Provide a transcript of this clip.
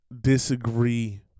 disagree